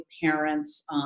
parents